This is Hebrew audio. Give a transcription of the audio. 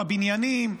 בבניינים,